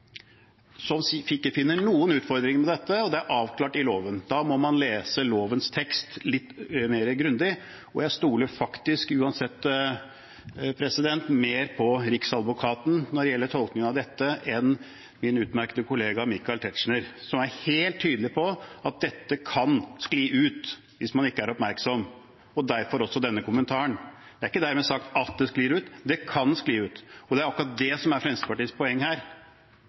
finner noen utfordringer med dette, og mener det er avklart i loven. Da må man lese lovens tekst litt mer grundig. Jeg stoler faktisk uansett mer på Riksadvokaten når det gjelder tolkning av dette, som er helt tydelig på at dette kan skli ut hvis man ikke er oppmerksom, enn på min utmerkede kollega Michael Tetzschner – derfor også denne kommentaren. Det er ikke dermed sagt at det sklir ut, men det kan skli ut, og det er akkurat det som er Fremskrittspartiets poeng her,